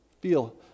feel